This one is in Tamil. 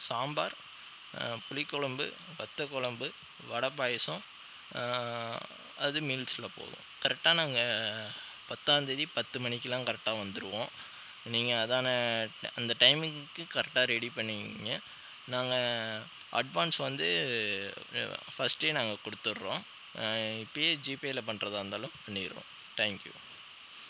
சாம்பார் புளிக்குழம்பு வத்தக்குழம்பு வடை பாயசம் அது மீல்ஸில் போதும் கரெக்ட்டாக நாங்கள் பத்தாம்தேதி பத்து மணிக்குலாம் கரெக்ட்டாக வந்துடுவோம் நீங்கள் அதான அந்த டைமிங்குக்கு கரெக்ட்டாக ரெடி பண்ணி வைங்க நாங்கள் அட்வான்ஸ் வந்து ஃபர்ஸ்ட்டே நாங்கள் கொடுத்துடுறோம் இப்பவே ஜீப்பேயில் பண்றதாகருந்தாலும் பண்ணிவிடுறோம் டேங்க் யூ